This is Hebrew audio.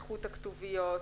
איכות הכתוביות,